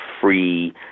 free